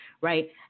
right